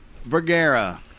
Vergara